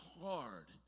hard